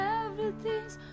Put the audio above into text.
everything's